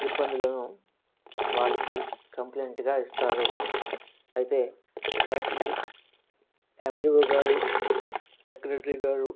ఇబ్బందులను వాళ్ళకి కంప్లెయింట్ గా ఇస్తారు అయితే వాటిని ఎండీఓ గారు సెక్రటరీ గారు